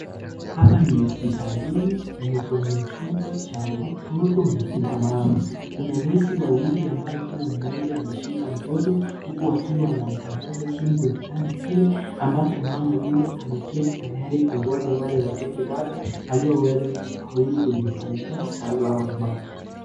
Hapa ni hospitalini na ni kwenye chumba cha watoto na akina mama, kuna nesi wawili ambaye kila mmoja ameshika mtoto huku wakiwa anamtandaza chini kwa kitanda kile ambacho mama yule ameketi tayari kungoja wale watoto wake alioweza kufaulu kujifungua salama.